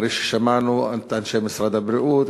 אחרי ששמענו את אנשי משרד הבריאות,